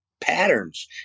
patterns